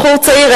בחור צעיר,